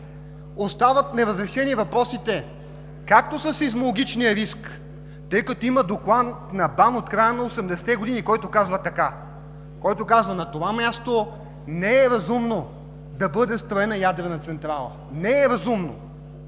остават неразрешени въпросите със сеизмологичния риск, тъй като има доклад на БАН от края на 80 те години, който казва, че на това място не е разумно да бъде строена ядрена централа. Не е разумно!